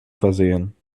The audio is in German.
versehen